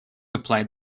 applied